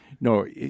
no